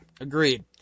Agreed